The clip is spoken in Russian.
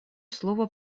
слово